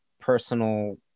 personal